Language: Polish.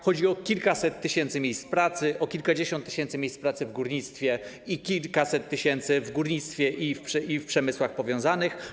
Chodzi o kilkaset tysięcy miejsc pracy, kilkadziesiąt tysięcy miejsc pracy w górnictwie i kilkaset tysięcy miejsc pracy w przemysłach powiązanych.